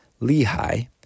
Lehi